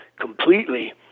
completely